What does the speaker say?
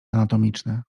anatomiczny